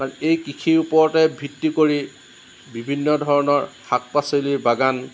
এই কৃষিৰ ওপৰতে ভিত্তি কৰি বিভিন্ন ধৰণৰ শাক পাচলিৰ বাগান